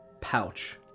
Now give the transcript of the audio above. pouch